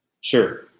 sure